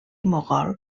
mogol